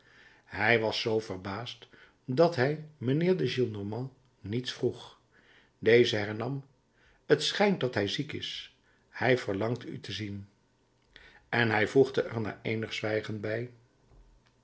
hij was zoo verbaasd dat hij mijnheer de gillenormand niets vroeg deze hernam t schijnt dat hij ziek is hij verlangt u te zien en hij voegde er na eenig zwijgen bij